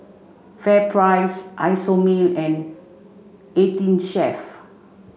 FairPrice Isomil and eighteen Chef